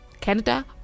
Canada